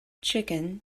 chicken